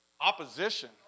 opposition